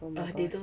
oh my god